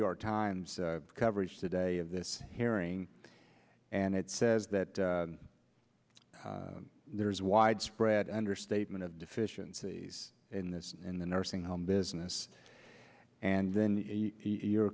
york times coverage today of this hearing and it says that there is widespread understatement of deficiencies in this in the nursing home business and then you